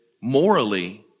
morally